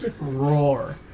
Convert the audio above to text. roar